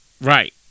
Right